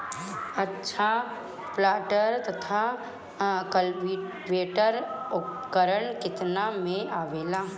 अच्छा प्लांटर तथा क्लटीवेटर उपकरण केतना में आवेला?